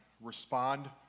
respond